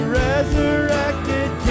resurrected